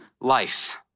life